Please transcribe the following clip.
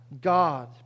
God